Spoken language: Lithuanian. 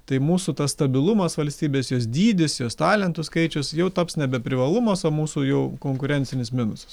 tai mūsų tas stabilumas valstybės jos dydis jos talentų skaičius jau taps nebe privalumas o mūsų jau konkurencinis minusas